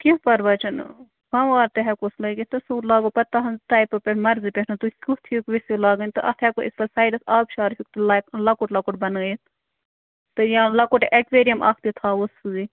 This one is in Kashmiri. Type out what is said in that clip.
کینٛہہ پَرواے چھُنہٕ فَوار تہِ ہٮ۪کوس لٲگِتھ تہٕ سُہ لاگو پتہٕ تَہٕنٛز ٹایپہٕ پٮ۪ٹھ مَرضی پٮ۪ٹھ تُہۍ کٕتھ ہیوٗ ویٚژھِو لاگٕنۍ تہٕ اَتھ ہٮ۪کو أسۍ پَتہٕ سایڈَس آبشار ہیوٗ تہِ لَبہِ لۄکُٹ لۄکُٹ بَنٲیِتھ تہٕ یا لۄکُٹ اٮ۪کویرِیَم اَکھ تہِ تھاوو سۭتۍ